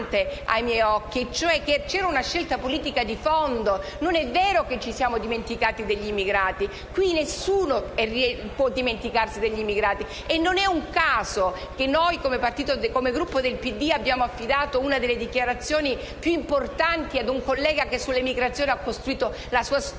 c'è una scelta politica di fondo. Non è vero che ci siamo dimenticati degli emigrati. Nessuno può dimenticarsi degli emigrati e non è un caso che il Gruppo del PD abbia affidato una delle dichiarazioni più importanti ad un collega che sull'emigrazione ha costruito la sua storia